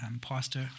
pastor